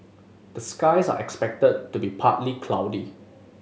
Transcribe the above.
the skies are expected to be partly cloudy